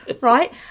right